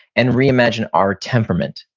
and reimagine our temperament.